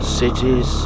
cities